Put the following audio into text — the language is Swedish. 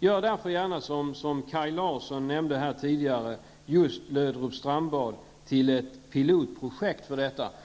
Gör därför gärna, och detta nämnde Kaj Larsson tidigare här, Löderups strandbad till ett pilotprojekt i det här sammanhanget.